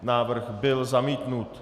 Návrh byl zamítnut.